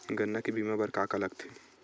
गन्ना के बीमा बर का का लगथे?